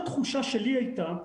התחושה שלי הייתה,